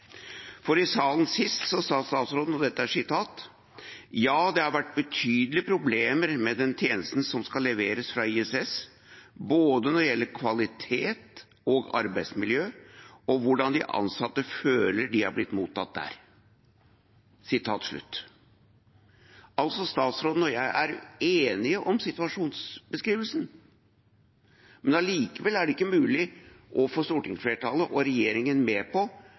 I salen sist sa statsråden – og dette er sitat: «Ja, det har vært betydelige problemer med den tjenesten som skulle leveres fra ISS, både når det gjelder kvalitet, og når det gjelder arbeidsmiljøet og hvordan de ansatte føler de har blitt mottatt der.» Altså er statsråden og jeg enige om situasjonsbeskrivelsen, men allikevel er det ikke mulig å få stortingsflertallet og regjeringen med på